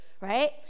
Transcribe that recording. right